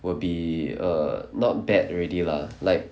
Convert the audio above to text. will be err not bad already lah like